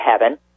heaven